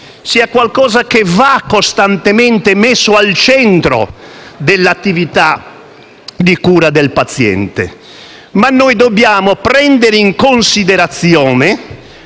prezioso, che va costantemente messo al centro dell'attività di cura del paziente. Dobbiamo però prendere in considerazione